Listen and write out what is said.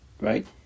right